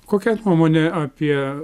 kokia nuomonė apie